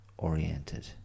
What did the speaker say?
oriented